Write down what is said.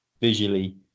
visually